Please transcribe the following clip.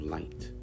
Light